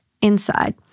inside